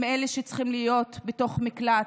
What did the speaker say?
הם אלה שצריכים להיות בתוך מקלט,